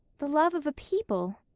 the love of a people!